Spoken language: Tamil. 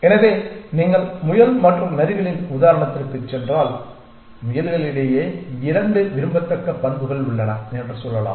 எனவே நீங்கள் முயல் மற்றும் நரிகளின் உதாரணத்திற்குச் சென்றால் முயல்களிடையே 2 விரும்பத்தக்க பண்புகள் உள்ளன என்று சொல்லலாம்